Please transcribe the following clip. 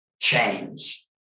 change